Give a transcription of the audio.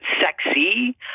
sexy